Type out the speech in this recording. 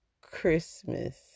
christmas